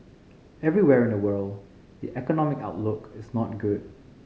everywhere in the world the economic outlook is not good